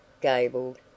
gabled